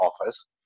office